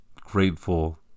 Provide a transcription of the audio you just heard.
grateful